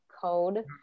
code